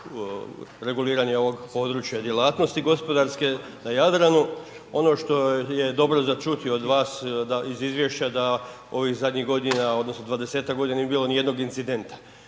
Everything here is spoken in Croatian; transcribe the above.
reguliranje ovog područja djelatnosti gospodarske na Jadranu, ono što je dobro za čuti od vas da iz izvješća da ovih zadnjih godina odnosno 20-tak godina nije bilo nijednog incidenta.